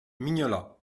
mignola